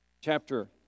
Chapter